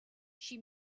she